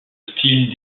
style